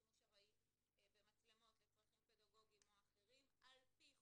שימוש ארעי במצלמות לצרכים פדגוגיים ואחרים על פי חוק.